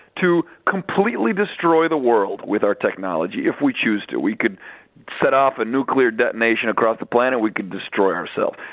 to completely destroy the world with our technology if we choose to. we could set off a nuclear detonation across the planet, we could destroy ourselves.